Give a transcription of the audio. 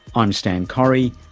i'm stan correy.